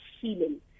healing